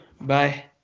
Bye